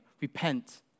Repent